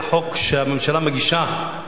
החוק שהממשלה מגישה הוא